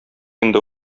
инде